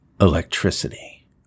electricity